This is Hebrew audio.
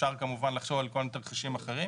אפשר כמובן לחשוב על כל מיני תרחישים אחרים.